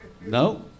No